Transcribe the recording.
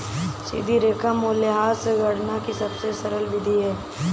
सीधी रेखा मूल्यह्रास गणना की सबसे सरल विधि है